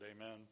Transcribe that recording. Amen